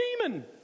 demon